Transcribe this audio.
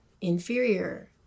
inferior